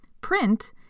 Print